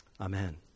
Amen